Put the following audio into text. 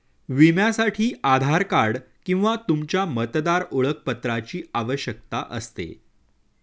विम्यासाठी आधार कार्ड किंवा तुमच्या मतदार ओळखपत्राची आवश्यकता असते